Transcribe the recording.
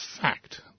fact